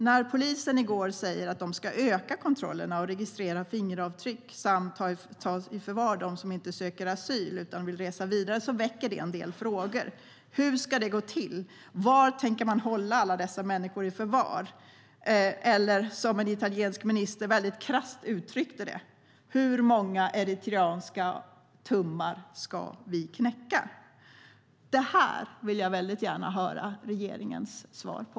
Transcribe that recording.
När polisen i går sa att man ska öka kontrollen och registrera fingeravtryck samt ta i förvar dem som inte söker asyl utan vill resa vidare väckte det en del frågor. Hur ska det gå till? Var tänker man hålla alla dessa människor i förvar? Som en italiensk minister krasst uttryckte det: Hur många eritreanska tummar ska vi knäcka? Det här vill jag gärna höra regeringens svar på.